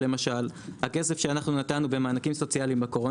למשל הכסף שנתנו במענקים סוציאליים בקורונה